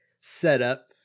setup